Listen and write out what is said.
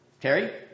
Terry